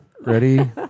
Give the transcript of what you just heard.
Ready